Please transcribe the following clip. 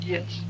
Yes